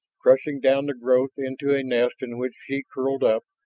crushing down the growth into a nest in which she curled up,